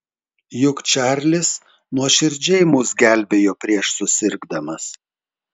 juk čarlis nuoširdžiai mus gelbėjo prieš susirgdamas